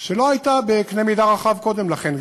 שלא הייתה בקנה-מידה רחב קודם לכן.